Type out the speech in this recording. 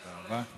תודה.